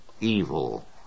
evil